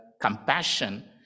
compassion